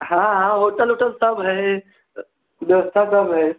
हाँ होटल उटल सब है व्यवस्था सब है